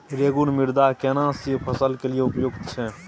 रेगुर मृदा केना सी फसल के लिये उपयुक्त छै?